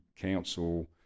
council